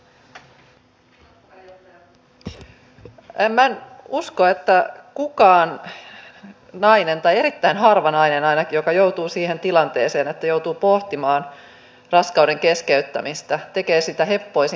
minä en usko että kukaan nainen tai erittäin harva nainen ainakin joka joutuu siihen tilanteeseen että joutuu pohtimaan raskauden keskeyttämistä tekee sitä heppoisin perustein